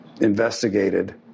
investigated